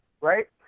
right